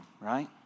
right